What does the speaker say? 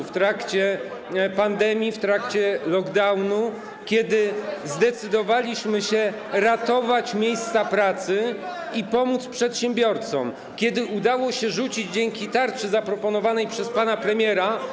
w trakcie pandemii, w trakcie lockdownu, kiedy zdecydowaliśmy się ratować miejsca pracy i pomóc przedsiębiorcom, kiedy udało się dzięki tarczy zaproponowanej przez pana premiera.